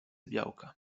białka